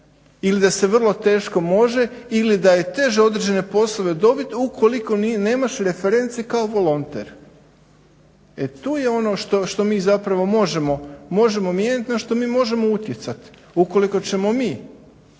ili da se vrlo teško može ili da je teže određene poslove dobiti ukoliko nemaš referenci kao volonter. E to je ono što mi možemo mijenjati, na što mi možemo utjecati. Ukoliko ćemo mi